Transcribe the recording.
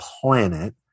planet